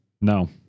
No